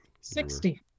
Sixty